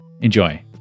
Enjoy